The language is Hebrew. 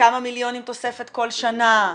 כמה מיליונים תוספת כל שנה,